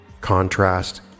contrast